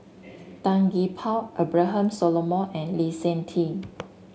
Tan Gee Paw Abraham Solomon and Lee Seng Tee